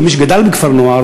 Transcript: כמי שגדל בכפר-נוער,